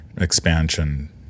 expansion